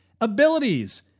abilities